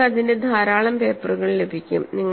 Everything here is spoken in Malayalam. നിങ്ങൾക്ക് അതിന്റെ ധാരാളം പേപ്പറുകൾ ലഭിക്കും